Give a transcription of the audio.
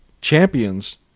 champions